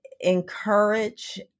encourage